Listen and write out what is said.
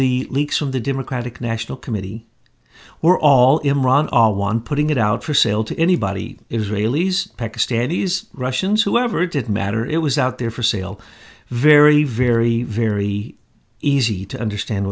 the leaks from the democratic national committee were all in one putting it out for sale to anybody israelis pakistanis russians whoever it didn't matter it was out there for sale very very very easy to understand